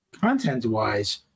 content-wise